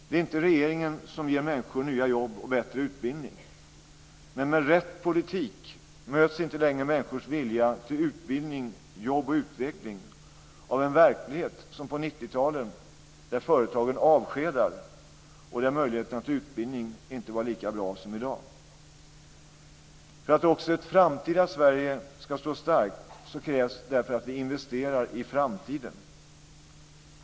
Det är inte regeringen som ger människor nya jobb och bättre utbildning. Men med rätt politik möts inte längre människors vilja till utbildning, jobb och utveckling av en verklighet som på 90-talet, då företagen avskedade och då möjligheterna till utbildning inte var lika bra som i dag. För att också ett framtida Sverige ska stå starkt krävs därför att vi investerar i framtiden.